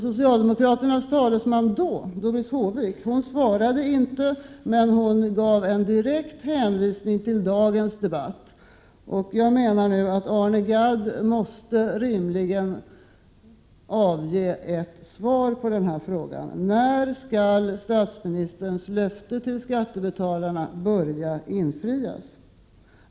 Socialdemokraternas talesman då, Doris Håvik, svarade inte, men hon gav en direkt hänvisning till dagens debatt. Arne Gadd måste rimligen avge ett svar på frågan! När skall statsministerns löfte till skattebetalarna börja infrias?